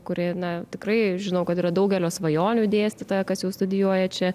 kuri na tikrai žinau kad yra daugelio svajonių dėstytoja kas jau studijuoja čia